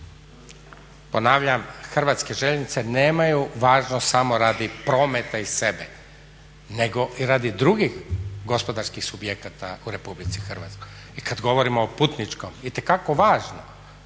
Ponavljam Hrvatske željeznice nemaju važnost samo radi prometa i sebe nego i radi drugih gospodarskih subjekata u Republici Hrvatskoj. I kad govorimo o putničkom itekako važno.